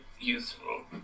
useful